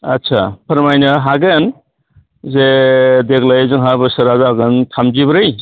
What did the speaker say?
आदसा फोरमायनो हागोन जे देग्लाय जोंहा बोसोरा जादों थामजिब्रै